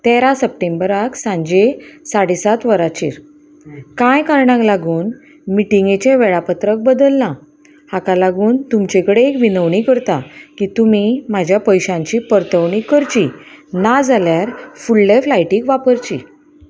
तेरा सप्टेंबराक सांजे साडे सात वरांचेर कांय कारणांक लागून मिटिंगेचे वेळापत्रक बदलला हाका लागून तुमचे कडेन एक विनवणी करता की तुमी म्हाज्या पयशांची परतवणी करची ना जाल्यार फुडले फ्लायटीक वापरची